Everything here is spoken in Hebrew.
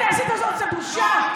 חבר הכנסת סמי אבו שחאדה,